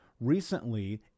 Recently